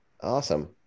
Awesome